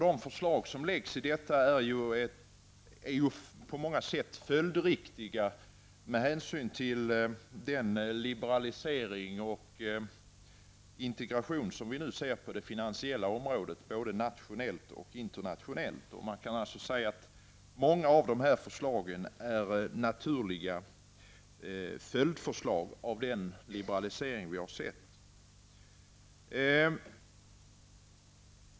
De förslag som lagts fram i betänkandet är på många sätt följdriktiga med hänsyn till den liberalisering och integration som vi nu ser på det finansiella området, både nationellt och internationellt. Man kan alltså säga att många av dessa förslag är naturliga följdförslag till den liberalisering vi har sett.